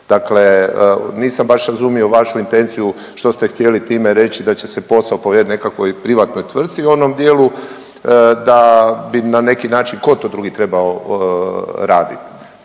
Dakle nisam baš razumio vašu intenciju što ste htjeli time reći da će se posao povjeriti nekakvoj privatnoj tvrci u onom dijelu da bi na neki način tko to drugi trebao raditi?